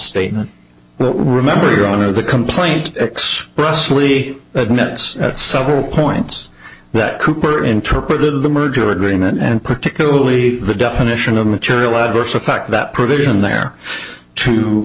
statement remember your honor the complaint expressly admits at some points that cooper interpreted the merger agreement and particularly the definition of material adverse effect that provision there to